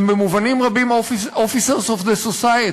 הם במובנים רבים officers of society.